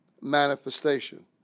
manifestation